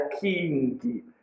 King